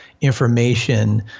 information